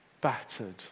battered